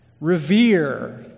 Revere